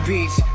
Beach